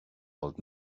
old